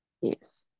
yes